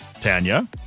Tanya